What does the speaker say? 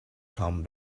come